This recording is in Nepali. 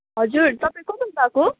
हजुर तपाईँ को बोल्नुभएको